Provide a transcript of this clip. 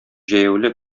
җәяүле